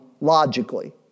logically